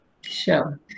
sure